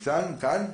כאן?